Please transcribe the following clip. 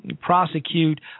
prosecute